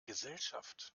gesellschaft